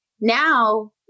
Now